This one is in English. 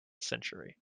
century